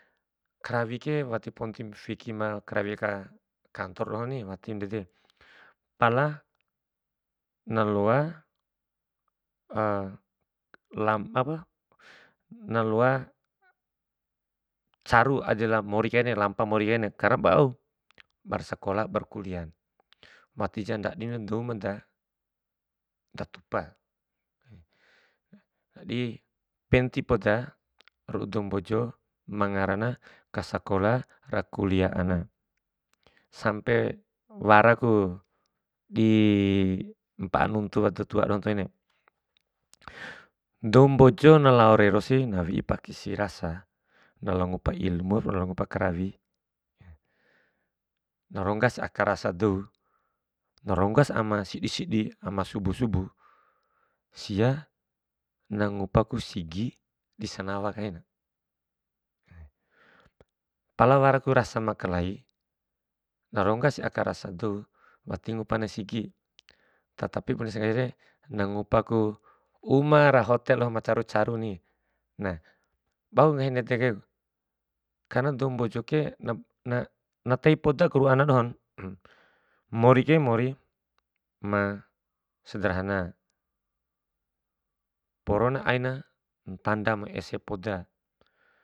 Karawi ke wati ponti fiki ma karawi aka, kantor dohoni, wati ndede, pala na loa lampamu, naloa caru ajala, mori kaim re lampa mori kaine, karena ba au, ba sakola, ba kulia, wati jan ndadi dou ma da tupa. Di penti poda ru'u dou mbojo ma ngarana, ka sakola ra kulia anan, sampe waraku di mpa'a nuntu lao tua- tua doho ntoine dou mbojo na lao rerosi na wi'i pakisi rasa, na lao ngupa ilmu labo ngupa karawi, na ronggasi aka rasa dou, na ronggasi ama sidi sidi, ama subu subu, sia na ngupaku sigi di sanawa kain. Pala waraku rasa ma kalai na ronggasi aka rasa dou, wati ngupana sigi tetapi bunesi nggahire na ngupaku uma ra hotel doho ma caru caru ni. Na, bau nggahi ndede kaiku karena dou mbojoke na tei podaku aka ana dohon, mori ke mori ma sederhana, porona aina ntanda ma ese poda.